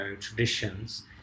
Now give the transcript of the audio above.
traditions